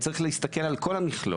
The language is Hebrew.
צריך להסתכל על כל המכלול,